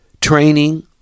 training